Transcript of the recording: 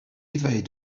ddweud